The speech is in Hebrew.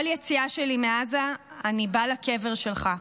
כל יציאה שלי מעזה אני בא לקבר שלך.